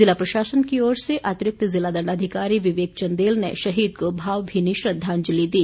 ज़िला प्रशासन की ओर से अतिरिक्त ज़िला दण्डाधिकारी विवेक चंदेल ने शहीद को भावभीनी श्रद्धांजलि दी